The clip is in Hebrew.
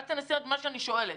תנסי לענות על מה שאני שואלת.